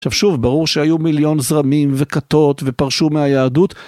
עכשיו שוב ברור שהיו מיליון זרמים וכתות ופרשו מהיהדות